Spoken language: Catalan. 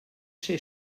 ser